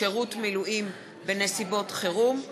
הרשויות המקומיות (מחיר מרבי לקייטנה מקומית),